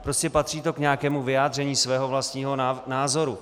Prostě patří to k nějakému vyjádření svého vlastního názoru.